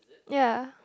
ya